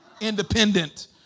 Independent